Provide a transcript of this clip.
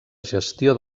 gestió